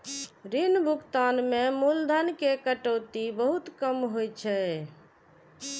ऋण भुगतान मे मूलधन के कटौती बहुत कम होइ छै